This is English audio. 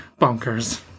bonkers